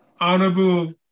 Honorable